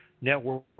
Network